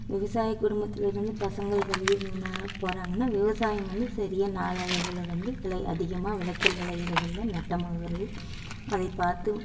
விவசாய குடும்பத்தில் இருந்து பசங்கள் வெளியே போறாங்கனா விவசாயம் வந்து சரியா நாள் அளவில் வந்து விளை அதிகமாக விளைச்சல் விளைகிறது இல்லை நஷ்டமாகுறது அதை பார்த்து